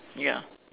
ya